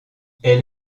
elle